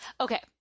Okay